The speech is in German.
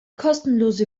kostenlose